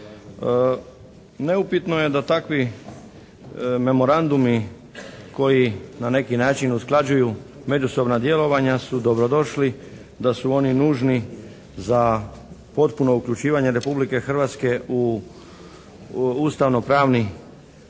Neupitno je da takvi memorandumi koji na neki način usklađuju međusobna djelovanja su dobrodošli, da su oni nužni za potpuno uključivanje Republike Hrvatske u ustavnopravni